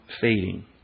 fading